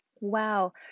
wow